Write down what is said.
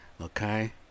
okay